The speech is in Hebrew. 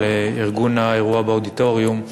על ארגון האירוע באודיטוריום.